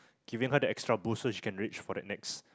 giving her that extra boost so she can reach for that next